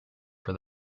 for